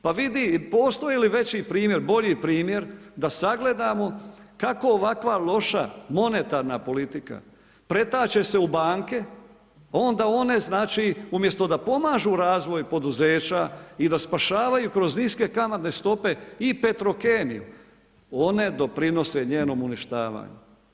Pa vidi, postoji li veći primjer, bolji primjer, da sagledamo, kako ovakva loša monetarna politika, pretače se u banke, onda one, znači umjesto da pomažu razvoj poduzeća i da spašavaju kroz niske kamatne stope i petrokemiju, one doprinose njenom uništavanju.